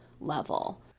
level